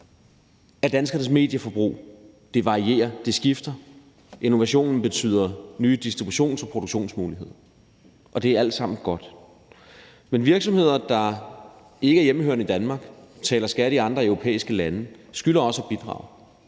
at danskernes medieforbrug varierer, at det skifter. Innovationen betyder nye distributions- og produktionsmuligheder, og det er alt sammen godt. Men virksomheder, der ikke er hjemmehørende i Danmark og betaler skat i andre europæiske lande, skylder også at bidrage.